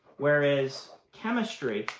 whereas chemistry,